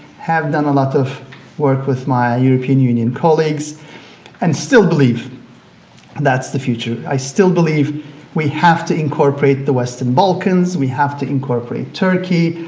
done a lot of work with my european union colleagues and still believe that's the future. i still believe we have to incorporate the western balkans. we have to incorporate turkey.